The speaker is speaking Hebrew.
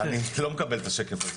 אני לא מקבל את השקף הזה.